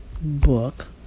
book